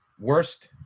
worst